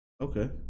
Okay